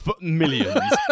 millions